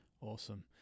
Awesome